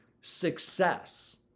success